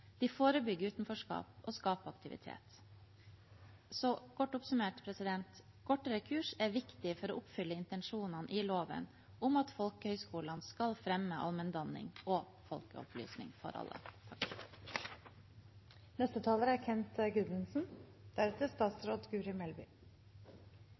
De forebygger utenforskap og skaper aktivitet. Kort oppsummert: Kortere kurs er viktig for å oppfylle intensjonene i loven om at folkehøyskolene skal fremme allmenndanning og folkeopplysning for alle.